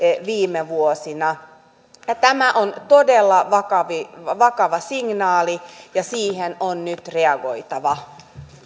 viime vuosina tämä on todella vakava signaali ja siihen on nyt reagoitava